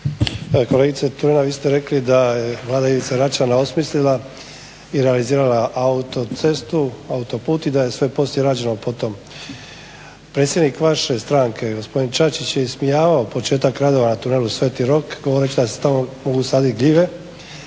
kolegice, Tireli vi ste rekli da je Vlada Ivice Račana osmislila i realizirala autocestu, autoput i da je sve poslije rađeno po tom. Predsjednik vaše stranke gospodin Čačić je ismijavao početak radova na tunelu Sveti Rok govoreći da se tamo mogu saditi gljive,